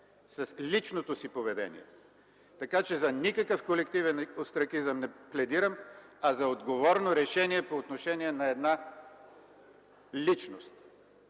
с личното си поведение. Така че за никакъв колективен остракизъм не пледирам, а за отговорно решение по отношение на една личност.